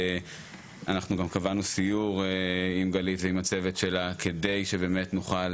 אנחנו גם קבענו סיור עם גלית ועם הצוות שלה כדי שבאמת נוכל